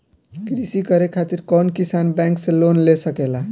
कृषी करे खातिर कउन किसान बैंक से लोन ले सकेला?